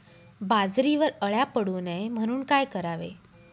बाजरीवर अळ्या पडू नये म्हणून काय करावे?